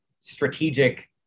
strategic